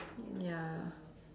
ya